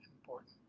important